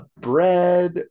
bread